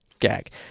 gag